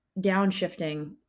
downshifting